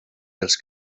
dels